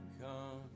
come